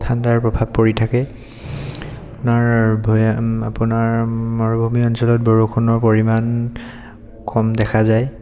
ঠাণ্ডাৰ প্ৰভাৱ পৰি থাকে আপোনাৰ ভৈয়াম আপোনাৰ মৰুভূমি অঞ্চলত বৰষুণৰ পৰিমাণ কম দেখা যায়